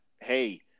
Hey